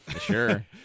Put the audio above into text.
Sure